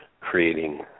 creating